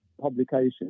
publication